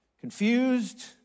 confused